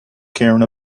carrying